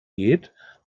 geht